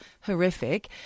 Horrific